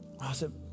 Awesome